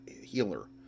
healer